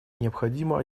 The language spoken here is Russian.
необходимо